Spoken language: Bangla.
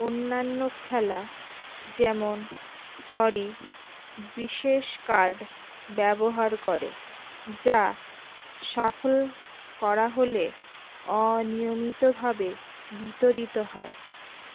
অন্যান্য খেলা যেমন সরি বিশেষ কার্ড ব্যবহার করে যা সাফল করা হলে অনিয়মিতভাবে বিতরিত হয়